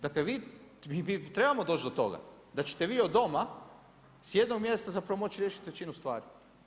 Dakle vi, mi trebamo doći do toga da ćete vi od doma s jednog mjesta zapravo moći riješiti većinu stvari.